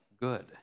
good